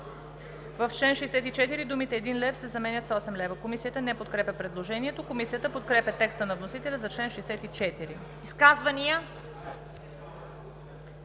„В чл. 64 думите „1 лв.“ се заменят с „8 лв.“ Комисията не подкрепя предложението. Комисията подкрепя текста на вносителя за чл. 64. ПРЕДСЕДАТЕЛ